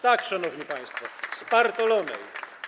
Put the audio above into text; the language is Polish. Tak, szanowni państwo - spartolonej.